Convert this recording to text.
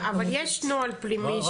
אבל יש נוהל פנימי שמדווחים על --- רק